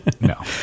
no